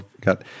got